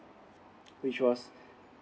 which was